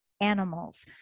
animals